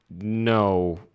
no